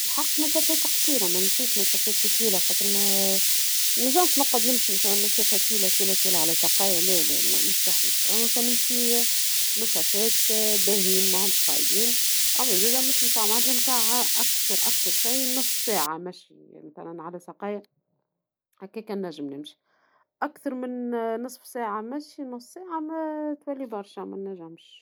بالحق مسافات قصيرة ، منمشيش مسافات طويلة ، خاطر منجمش نقعد نمشي مثلا مسافات طويلة طويلة على ساقيا لالا مستحيل ، أما كان نمشي مسافات باهيين ماهمش خايبين ، أما زادة مش نتاع معلم أكثر شي أكثر شي نصف ساعة ، أكثر من نصف ساعة مشي تولي برشا منجمش,